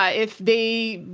ah if they,